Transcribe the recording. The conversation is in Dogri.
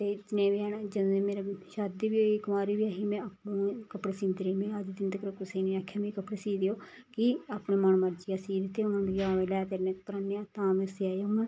ते जनेह् बी हैन जदूं दी मेरी शादी बी होई कुवांरी बी ऐ ही में आपूं कपड़े सींदी रेही में अज्ज दिन तगर कुसै नी आखेआ मिकी कपड़े सी देओ की अपनी मन मर्जी दा सींदी ते हून मिगी कोई आखदा ले सूट प्रोई दिन्ने आं तां सेआए हून